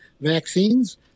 vaccines